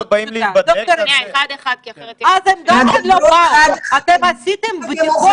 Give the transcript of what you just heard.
אז הם גם כן לא באו, אתם עשיתם בדיקות